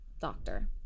doctor